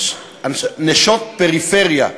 נשות פריפריה.